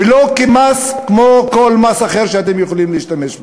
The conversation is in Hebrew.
ולא כמס כמו כל מס אחר שאתם יכולים להשתמש בו.